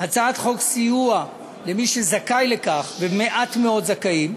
הצעת חוק סיוע למי שזכאי לכך, ומעט מאוד זכאים.